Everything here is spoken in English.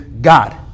God